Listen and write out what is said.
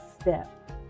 step